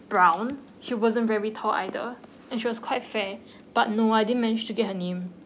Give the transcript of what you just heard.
brown she wasn't very tall either and she was quite fair but no I didn't managed to get her name